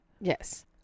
Yes